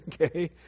Okay